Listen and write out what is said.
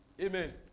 Amen